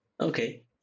okay